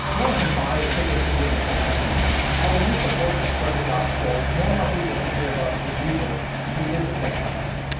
and no one can buy a ticket to get into heaven but when we support the spread of the gospel, more and more people can hear about the jesus who is the ticket to heaven.